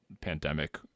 pandemic